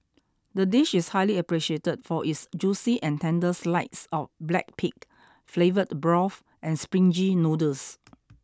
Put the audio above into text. the dish is highly appreciated for its juicy and tender slides of black pig flavourful broth and springy noodles